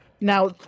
Now